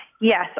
Yes